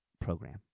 program